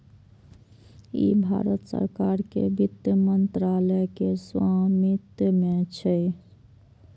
ई भारत सरकार के वित्त मंत्रालय के स्वामित्व मे छै